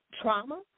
trauma